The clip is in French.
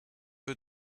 peu